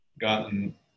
gotten